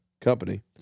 Company